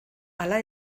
hala